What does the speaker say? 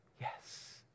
yes